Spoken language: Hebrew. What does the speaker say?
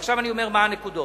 עכשיו אני אומר מה הנקודות.